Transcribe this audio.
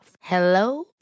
Hello